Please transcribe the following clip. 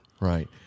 right